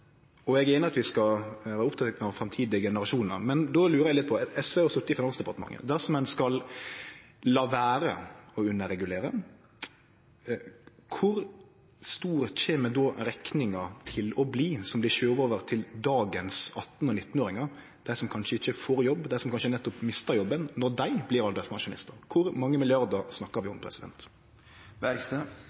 og eg er einig i at vi skal vere opptekne av framtidige generasjonar. Men eg lurer litt: SV har sete i Finansdepartementet. Dersom ein skal la vere å underregulere, kor stor kjem då den rekninga til å bli som blir skuva over til dagens 18- og 19-åringar, til dei som kanskje ikkje får jobb, til dei som kanskje nettopp har mista jobben, når dei blir alderspensjonistar? Kor mange milliardar snakkar vi om?